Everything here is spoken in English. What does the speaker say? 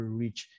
reach